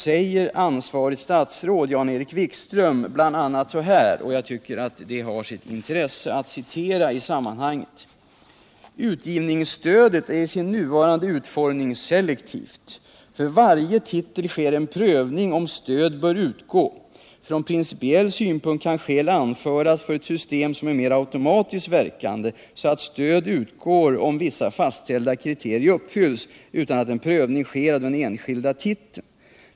säger ansvariga statsrådet Jan-Erik Wikström bl.a. — vilket jag tycker det har silt intresse att citera i sammanhanget — så här: ”Utgivningsstödet är i sin nuvarande utformning selektivt. För varje titel sker en prövning om stöd bör utgå. Från principiell synpunkt kan skäl anföras för ett system som är mer automatiskt verkande så att stöd utgår om vissa fastställda kriterier uppfylls utan att en prövning sker av den enskilda titeln.